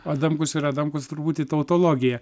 adamkus yra adamkus turbūt į tautologiją